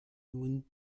nun